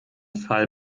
fall